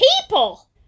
people